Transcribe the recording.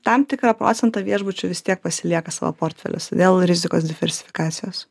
tam tikrą procentą viešbučių vis tiek pasilieka savo portfeliuose dėl rizikos diversifikacijos